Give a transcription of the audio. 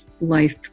life